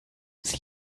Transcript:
sie